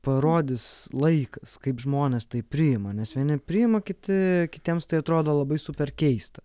parodys laikas kaip žmonės tai priima nes vieni priima kiti kitiems tai atrodo labai super keista